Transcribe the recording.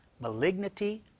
malignity